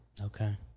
Okay